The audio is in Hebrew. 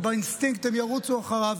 ובאינסטינקט הם ירוצו אחריו,